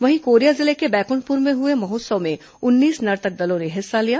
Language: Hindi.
वहीं कोरिया जिले के बैकुंठपुर में हुए महोत्सव में उन्नीस नर्तक दलों ने हिस्सा लिया